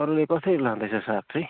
अरूले कसरी लाँदैछ साग चाहिँ